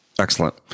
Excellent